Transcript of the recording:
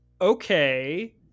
okay